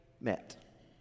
met